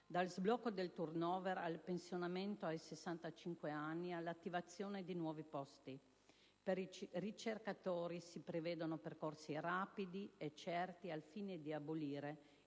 dallo sblocco del *turnover* al pensionamento a 65 anni e all'attivazione di nuovi posti. Per i ricercatori si prevedono percorsi rapidi e certi al fine di abolire